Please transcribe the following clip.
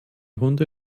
hunde